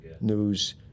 news